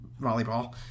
volleyball